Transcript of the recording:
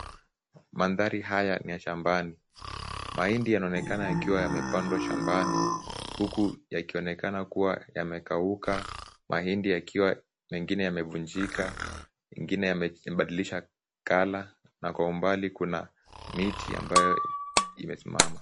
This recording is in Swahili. Maandhari haya ni ya shambani. Mahindi yanaonekana yakiwa yamepandwa shambani huku yakionekana kuwa yamekauka mahindi yakiwa mengine yamevunjika mengine yamebadilisha color na kwa umbali kuna miti ambayo imesimama.